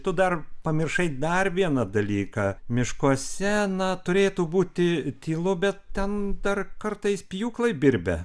tu dar pamiršai dar vieną dalyką miškuose na turėtų būti tylu bet ten dar kartais pjūklai birbia